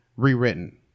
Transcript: rewritten